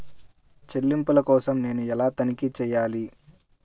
చెల్లింపుల కోసం నేను ఎలా తనిఖీ చేయాలి?